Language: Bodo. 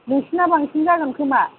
बिसना बांसिन जागोनखोमा